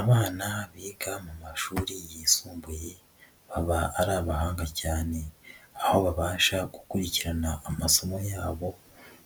Abana biga mu mashuri yisumbuye baba ari abahanga cyane, aho babasha gukurikirana amasomo yabo